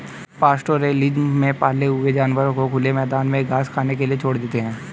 pastoralism में पाले हुए जानवरों को खुले मैदान में घास खाने के लिए छोड़ देते है